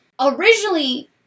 originally